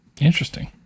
Interesting